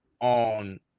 on